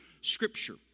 scripture